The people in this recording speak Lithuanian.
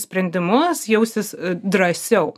sprendimus jausis drąsiau